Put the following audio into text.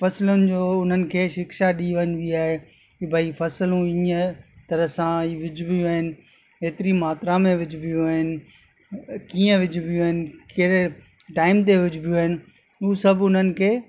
फसलुनि जो उन्हनि खे शिक्षा ॾेई वञिबी आहे भई फसलू हीअं तरह सां विझिबियूं आहिनि एतिरी मात्रा में विझिबियूं आहिनि कीअं विझिबियूं आहिनि केड़े टाइम ते विझिबियूं आहिनि उहो सभु उन्हनि खे